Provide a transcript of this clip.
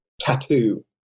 Tattoo